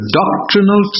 doctrinal